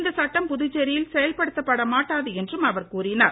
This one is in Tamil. இந்த சட்டம் புதுச்சேரியில் செயல்படுத்தப்பட மாட்டாது என்றும் அவர் கூறினார்